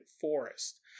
forest